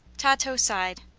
tato sighed.